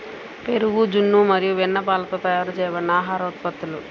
పెరుగు, జున్ను మరియు వెన్నపాలతో తయారు చేయబడిన ఆహార ఉత్పత్తులు